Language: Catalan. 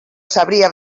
sabria